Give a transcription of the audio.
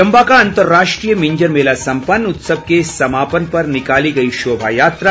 चम्बा का अंतर्राष्ट्रीय भिंजर मेला सम्पन्न उत्सव के समापन पर निकाली गई शोभा यात्रा